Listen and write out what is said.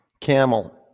Camel